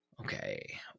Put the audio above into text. okay